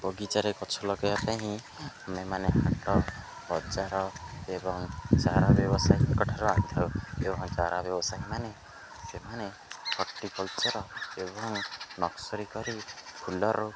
ବଗିଚାରେ ଗଛ ଲଗେଇବା ପାଇଁ ହିଁ ଆମେମାନେ ହାଟ ବଜାର ଏବଂ ଚାରା ବ୍ୟବସାୟୀଙ୍କଠାରୁ ଆଣିଥାଉ ଏବଂ ଚାରା ବ୍ୟବସାୟୀମାନେ ସେମାନେ ହର୍ଟିକଲଚର ଏବଂ ନର୍ସରୀ କରି ଫୁଲରୁ